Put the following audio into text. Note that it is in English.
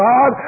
God